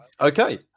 Okay